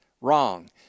wrong